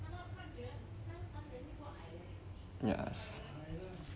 yes